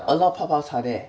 a lot of 泡泡茶 there